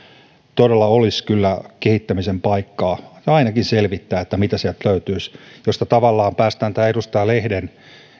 todella kyllä olisi kehittämisen paikkaa ja ainakin selvittää mitä sieltä löytyisi mistä tavallaan päästään edustaja lehden